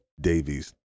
Davies